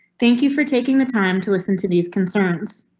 thank you for taking the time to listen to these concerns.